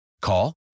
Call